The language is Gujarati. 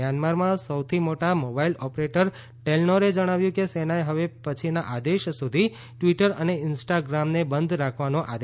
મ્યાનમારમાં સૌથી મોટા મોબાઇલ ઓપરેટર ટેલનોરે જણાવ્યું છે કે સેનાએ હવે પછીના આદેશ સુધી ટવીટર અને ઇન્સ્ટાગ્રામને બંધ રાખવાનો આદેશ આપ્યો છે